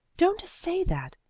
don't say that.